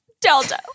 Delta